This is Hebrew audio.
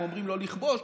הם אומרים לא לכבוש,